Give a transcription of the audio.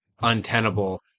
untenable